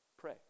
Pray